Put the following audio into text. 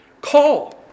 Call